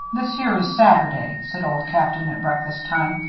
this here is saturday, said old captain, at breakfast time.